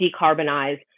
decarbonize